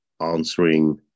answering